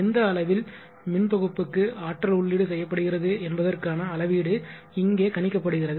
எந்த அளவில் மின் தொகுப்புக்கு ஆற்றல் உள்ளீடு செய்யப்படுகிறது என்பதற்கான அளவீடு இங்கே கணிக்கப்படுகிறது